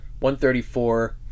134